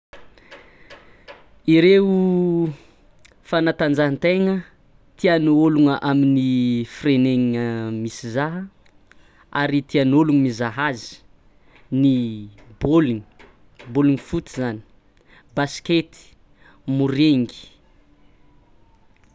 Ireo fanatanjahan-taigna tian'ny ôlogna amin'ny firenegna misy zaha ary tian'ôlo mizaha azy: ny bôligny bôligny foot zany, basket, morengy.